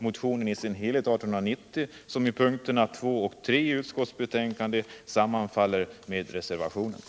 Man borde verkligen ge de medel som behövs härför.